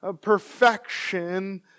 perfection